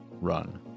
run